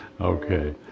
okay